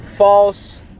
False